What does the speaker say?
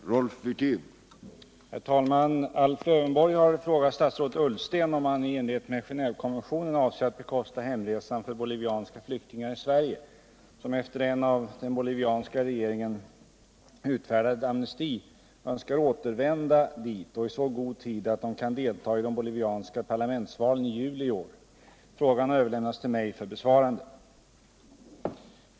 Herr talman! Alf Lövenborg har frågat statsrådet Ullsten om han i enlighet med Genévekonventionen avser att bekosta hemresan för bolivianska flyktingar i Sverige, som efter en av den bolivianska regeringen utfärdad amnesti önskar återvända dit, och i så god tid att de kan delta i de bolivianska parlamentsvalen i juli i år. Frågan har överlämnats till mig för besvarande.